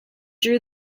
drew